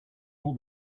all